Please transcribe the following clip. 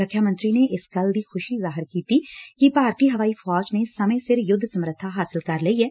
ਰੱਖਿਆ ਮੰਤਰੀ ਨੇ ਇਸ ਗੱਲ ਦੀ ਖੁਸ਼ੀ ਜ਼ਾਹਿਰ ਕੀਤੀ ਕਿ ਭਾਰਤੀ ਹਵਾਈ ਫੌਜ ਨੇ ਸਮੇਂ ਸਿਰ ਯੁੱਧ ਸਮਰੱਬਾ ਹਾਸਲ ਕਰ ਲਈ ਏ